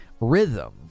rhythm